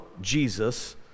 Jesus